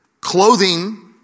clothing